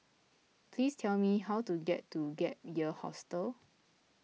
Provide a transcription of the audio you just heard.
please tell me how to get to Gap Year Hostel